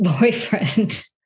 boyfriend